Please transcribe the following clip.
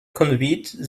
conveyed